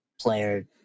player